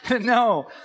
No